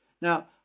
Now